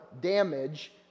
damage